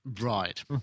Right